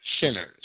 sinners